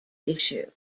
issue